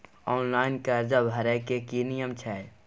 Online कर्जा भरै के की नियम छै?